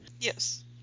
Yes